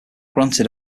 granted